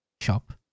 shop